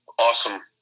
awesome